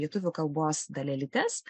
lietuvių kalbos dalelytes